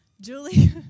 Julie